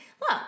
look